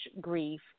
grief